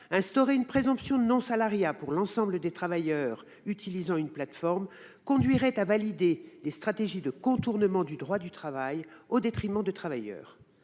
Instaurer une présomption de non-salariat pour l'ensemble des travailleurs utilisant une plateforme conduirait à valider des stratégies de contournement du droit du travail, au détriment des travailleurs.